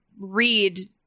read